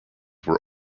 were